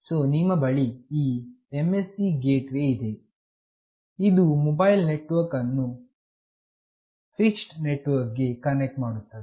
so ನಿಮ್ಮ ಬಳಿ ಈ MSC ಗೇಟ್ ವೇ ಇದೆ ಇದು ಮೊಬೈಲ್ ನೆಟ್ವರ್ಕ್ ಅನ್ನು ಫಿಕ್ಸ್ಡ್ ನೆಟ್ವರ್ಕ್ ಗೆ ಕನೆಕ್ಟ್ ಮಾಡುತ್ತದೆ